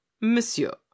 monsieur